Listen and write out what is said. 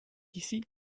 ici